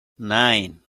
nine